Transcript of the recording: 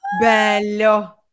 Bello